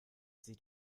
sieht